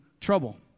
trouble